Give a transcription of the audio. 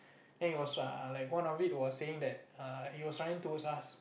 then it was what like one of it was saying that err he was running towards us